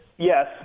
Yes